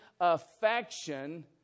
affection